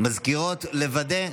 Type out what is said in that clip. הנושא הבא על